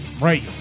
Right